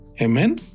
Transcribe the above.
Amen